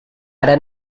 ara